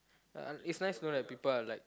uh is nice to know that people are like